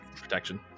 protection